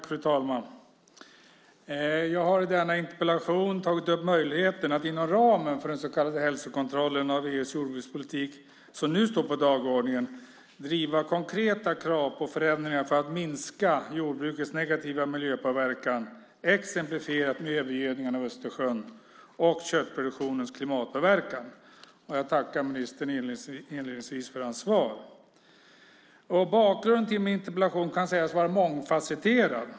Fru talman! Jag har i denna interpellation tagit upp möjligheten att inom ramen för den så kallade hälsokontroll av EU:s jordbrukspolitik som nu står på dagordningen driva konkreta krav på förändringar för att minska jordbrukets negativa miljöpåverkan exemplifierat med övergödningen av Östersjön och köttproduktionens klimatpåverkan. Jag tackar ministern inledningsvis för hans svar. Bakgrunden till min interpellation kan sägas vara mångfasetterad.